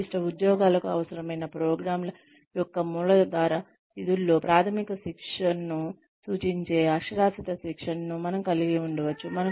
నిర్దిష్ట ఉద్యోగాలకు అవసరమైన ప్రోగ్రామ్ల యొక్క మూలాధార విధుల్లో ప్రాథమిక శిక్షణను సూచించే అక్షరాస్యత శిక్షణను మనం కలిగి ఉండవచ్చు